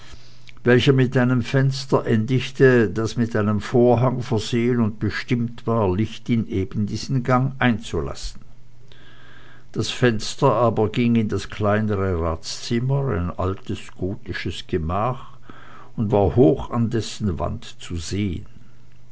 welcher mit einem fenster endigte das mit einem vorhang versehen und bestimmt war licht in eben diesen gang einzulassen das fenster aber ging in das kleinere ratszimmer ein altes gotisches gemach und war hoch an dessen wand zu sehen